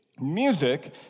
Music